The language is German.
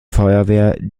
feuerwehr